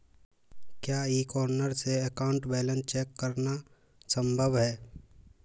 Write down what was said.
क्या e corner से account balance check करना संभव है?